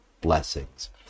blessings